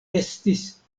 estis